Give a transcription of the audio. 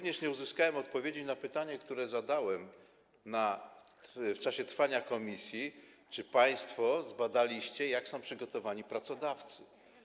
Nie uzyskałem również odpowiedzi na pytanie, które zadałem w czasie posiedzenia komisji, czy państwo zbadaliście, jak są przygotowani pracodawcy.